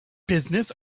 business